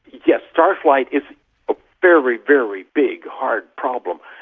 yes, star flight is a very, very big, hard problem,